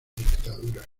dictadura